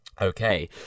okay